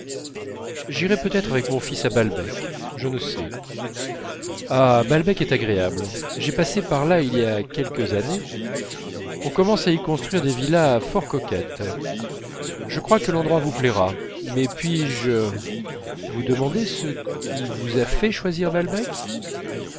j'irai peut-être avec mon fils à balbec je ne sais ah balbec est agréable j'ai passé par là il y a quelques années on commence à y construire des villas fort coquettes je crois que l'endroit vous plaira mais puis-je vous demander ce qui vous a fait choisir balbec